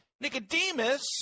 Nicodemus